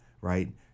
right